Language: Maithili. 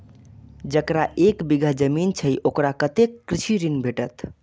जकरा एक बिघा जमीन छै औकरा कतेक कृषि ऋण भेटत?